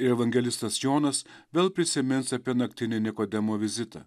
ir evangelistas jonas vėl prisimins apie naktinį nikodemo vizitą